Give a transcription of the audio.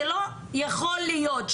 זה לא יכול להיות.